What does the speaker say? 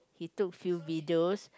he took few videos